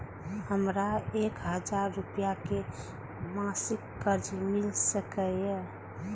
हमरा एक हजार रुपया के मासिक कर्ज मिल सकिय?